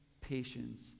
Patience